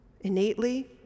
innately